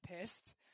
pissed